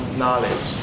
knowledge